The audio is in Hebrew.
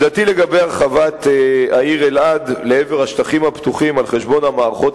עמדתי לגבי הרחבת העיר אלעד לעבר השטחים הפתוחים על-חשבון המערכות